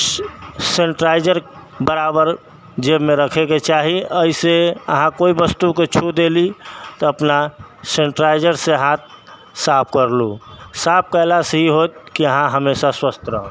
sanitiser बराबर जेबमे रखेके चाही एहिसँ अहाँ कोइ वस्तुके छू देलहूँ तऽ अपना सेनिटाइजरसँ हाथ साफ करलू साफ करलासँ ई होएत कि अहाँ हमेशा स्वस्थ रहब